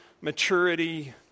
maturity